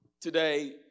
today